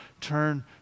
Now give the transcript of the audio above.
turn